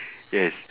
yes